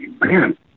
man